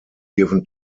given